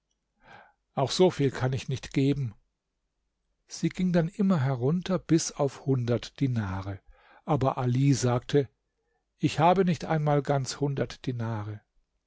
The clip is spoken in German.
auch so viel kann ich nicht geben sie ging dann immer herunter bis auf hundert dinare aber ali sagte ich habe nicht einmal ganz hundert dinare